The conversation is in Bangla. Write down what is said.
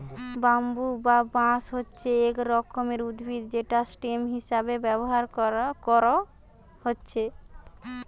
ব্যাম্বু বা বাঁশ হচ্ছে এক রকমের উদ্ভিদ যেটা স্টেম হিসাবে ব্যাভার কোরা হচ্ছে